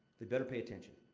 they better pay attention.